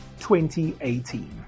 2018